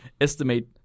estimate